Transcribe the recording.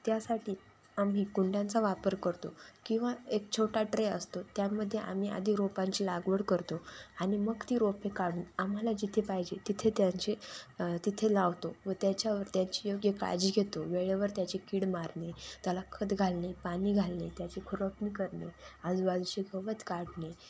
त्यासाठी आम्ही कुंड्यांचा वापर करतो किंवा एक छोटा ट्रे असतो त्यामध्ये आम्ही आधी रोपांची लागवड करतो आणि मग ती रोपे काढून आम्हाला जिथे पाहिजे तिथे त्यांचे तिथे लावतो व त्याच्यावर त्याची योग्य काळजी घेतो वेळेवर त्याची कीड मारणे त्याला खत घालणे पाणी घालणे त्याची खुरपणी करणे आजूबाजूचे गवत काढणे